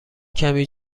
کمی